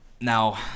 now